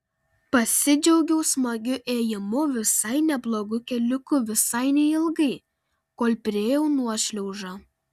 pasidžiaugiau smagiu ėjimu visai neblogu keliuku visai neilgai kol priėjau nuošliaužą